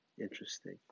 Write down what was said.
interesting